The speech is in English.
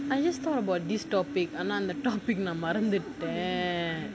I just thought about this topic ஆனா அந்த:aanaa antha topic நான் மறந்துட்டேன்:naan maranthutaen